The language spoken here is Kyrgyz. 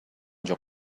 жок